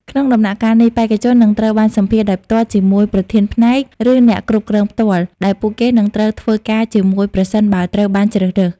ក្នុងដំណាក់កាលនេះ បេក្ខជននឹងត្រូវបានសម្ភាសន៍ដោយផ្ទាល់ជាមួយ ប្រធានផ្នែក ឬអ្នកគ្រប់គ្រងផ្ទាល់ ដែលពួកគេនឹងត្រូវធ្វើការជាមួយ ប្រសិនបើត្រូវបានជ្រើសរើស។